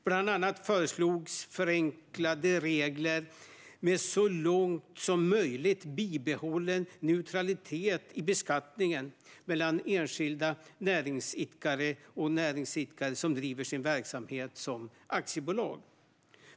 Bland annat föreslogs förenklade regler med, så långt det är möjligt, bibehållen neutralitet i beskattningen mellan enskilda näringsidkare och näringsidkare som driver sin verksamhet som aktiebolag.